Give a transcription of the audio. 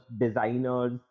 designers